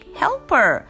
helper